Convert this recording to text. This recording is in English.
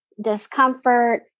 discomfort